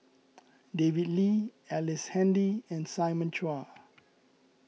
David Lee Ellice Handy and Simon Chua